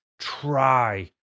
try